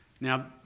Now